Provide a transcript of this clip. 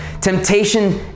Temptation